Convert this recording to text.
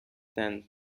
than